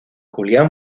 julián